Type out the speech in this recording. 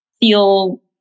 feel